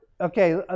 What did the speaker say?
okay